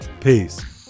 Peace